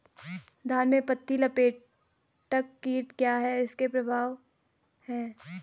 धान में पत्ती लपेटक कीट क्या है इसके क्या प्रभाव हैं?